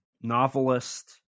novelist